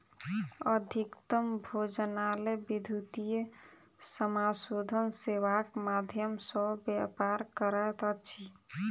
अधिकतम भोजनालय विद्युतीय समाशोधन सेवाक माध्यम सॅ व्यापार करैत अछि